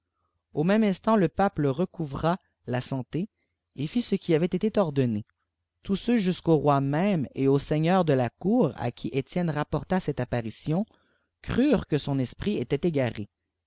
au même instant le pape recouvra la santé et fit ce qui avait été ordonné tous ceux juscu'au roi même et aux seigneurs de la cour à qui etienne rapporta cette apparition crurent que son esprit était égaré